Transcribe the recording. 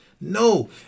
No